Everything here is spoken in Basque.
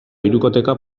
hirukoteka